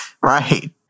Right